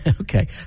Okay